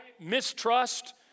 mistrust